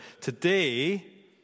Today